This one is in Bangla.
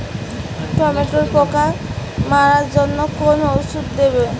টমেটোর পোকা মারার জন্য কোন ওষুধ দেব?